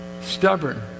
stubborn